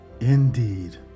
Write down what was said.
Indeed